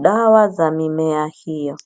dawa za mimea hiyo.